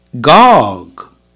Gog